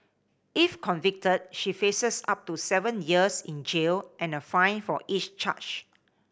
if convicted she faces up to seven years in jail and a fine for each charge